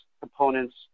components